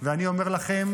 אני אומר לכם,